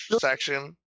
section